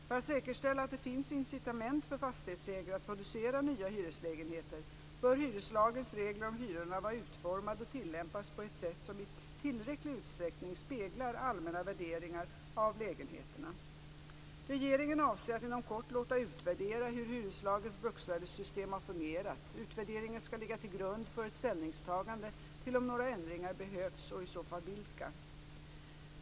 För att säkerställa att det finns incitament för fastighetsägare att producera nya hyreslägenheter bör hyreslagens regler om hyrorna vara utformade och tillämpas på ett sätt som i tillräcklig utsträckning speglar allmänna värderingar av lägenheterna. Regeringen avser att inom kort låta utvärdera hur hyreslagens bruksvärdessystem har fungerat. Utvärderingen skall ligga till grund för ett ställningstagande till om några ändringar behövs och i så fall vilka.